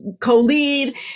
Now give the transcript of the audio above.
co-lead